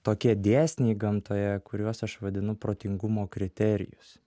tokie dėsniai gamtoje kuriuos aš vadinu protingumo kriterijus